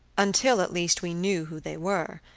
until, at least, we knew who they were.